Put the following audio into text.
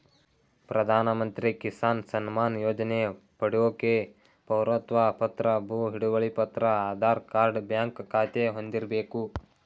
ಪ್ರಧಾನಮಂತ್ರಿ ಕಿಸಾನ್ ಸಮ್ಮಾನ್ ಯೋಜನೆ ಪಡ್ಯೋಕೆ ಪೌರತ್ವ ಪತ್ರ ಭೂ ಹಿಡುವಳಿ ಪತ್ರ ಆಧಾರ್ ಕಾರ್ಡ್ ಬ್ಯಾಂಕ್ ಖಾತೆ ಹೊಂದಿರ್ಬೇಕು